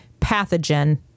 pathogen